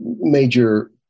major